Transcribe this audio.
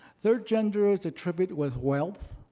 third gender is attributed with wealth,